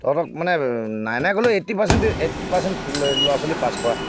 তহঁতক মানে নাই নাই ক'লেও এইট্টি পাৰচেনটেজ এইট্টি পাৰচেণ্ট ল'ৰা ছোৱালী পাছ কৰা